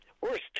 worst